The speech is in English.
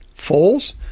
falls.